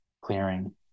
clearing